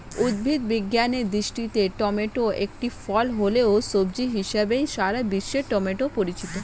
উদ্ভিদ বিজ্ঞানের দৃষ্টিতে টমেটো একটি ফল হলেও, সবজি হিসেবেই সারা বিশ্বে টমেটো পরিচিত